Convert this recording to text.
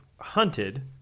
hunted